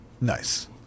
Nice